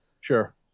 Sure